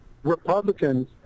Republicans